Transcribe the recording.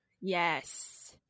Yes